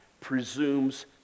presumes